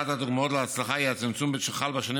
אחת הדוגמאות להצלחה היא הצמצום שחל בשנים